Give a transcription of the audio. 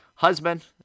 husband